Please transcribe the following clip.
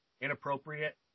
inappropriate